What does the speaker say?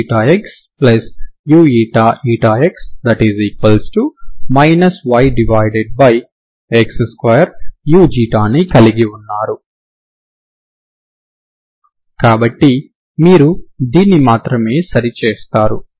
uxuxux yx2u ని కలిగి ఉన్నారు కాబట్టి మీరు దీన్ని మాత్రమే సరి చేస్తారు